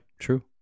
true